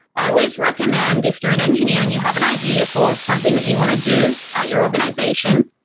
i always recommend if you're an engineer and you have an idea for something that you want to do at your organization,